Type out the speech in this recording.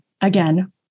Again